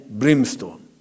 brimstone